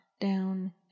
down